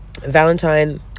valentine